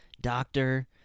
doctor